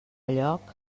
lloc